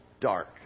dark